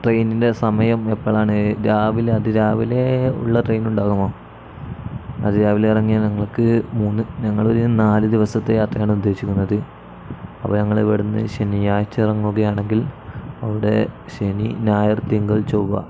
ട്രെയിനിൻ്റെ സമയം എപ്പോഴാണ് രാവിലെ അത് രാവിലെ ഉള്ള ട്രെയിൻ ഉണ്ടാകുമോ അത് രാവിലെ ഇറങ്ങിയാൽ ഞങ്ങൾക്ക് മൂന്ന് ഞങ്ങൾ ഒരു നാല് ദിവസത്തെ യാത്രയാണ് ഉദ്ദേശിക്കുന്നത് അപ്പം ഞങ്ങൾ ഇവിടുന്ന് ശനിയാഴ്ച്ച ഇറങ്ങുകയാണെങ്കിൽ അവിടെ ശനി ഞായർ തിങ്കൾ ചൊവ്വ